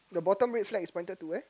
the bottom red flag is pointed to where